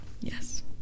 Yes